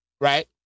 right